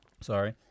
sorry